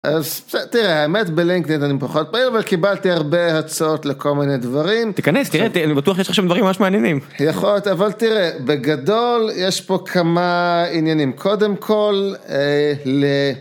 אז תראה האמת בלינקדאין אני פחות פעיל אבל קיבלתי הרבה הצעות לכל מיני דברים. תיכנס, תראה, אני בטוח יש לך שם דברים ממש מעניינים. יכול להיות אבל תראה בגדול יש פה כמה עניינים קודם כל.